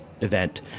event